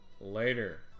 later